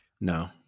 No